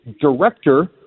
director